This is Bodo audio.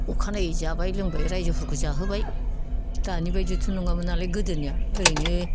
अखानायै जाबाय लोंबाय रायजोफोरखौ जाहोबाय दानि बायदिथ' नङामोन नालाय गोदोनिया ओरैनो